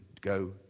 Go